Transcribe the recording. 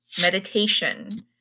meditation